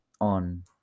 on